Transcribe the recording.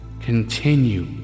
continue